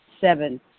Seven